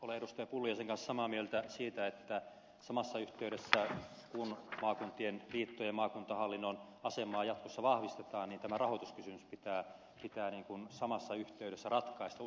pulliaisen kanssa samaa mieltä siitä että samassa yhteydessä kun maakuntien liittojen maakuntahallinnon asemaa jatkossa vahvistetaan niin tämä rahoituskysymys pitää samassa yhteydessä ratkaista uskottavalla tavalla